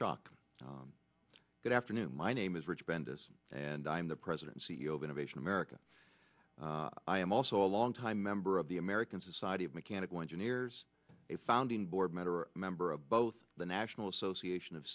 shock good afternoon my name is richard this and i am the president c e o of innovation america i am also a long time member of the american society of mechanical engineers a founding board member a member of both the national association of